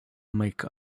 make